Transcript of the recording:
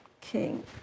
King